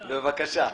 "סיור"